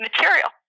material